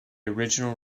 original